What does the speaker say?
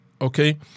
okay